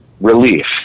relief